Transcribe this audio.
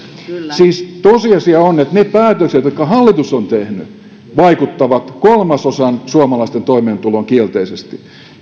siis tosiasia on että ne päätökset jotka hallitus on tehnyt vaikuttavat kolmasosan suomalaisista toimeentuloon kielteisesti